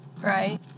Right